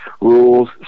rules